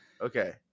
okay